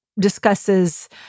discusses